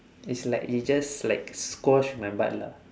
it's like it just like squash my butt lah